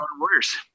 worse